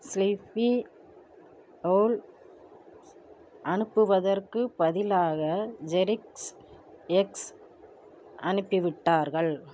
sleepy owl அனுப்புவதற்குப் பதிலாக ஜெரிக்ஸ் எக்ஸ் அனுப்பிவிட்டார்கள்